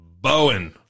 Bowen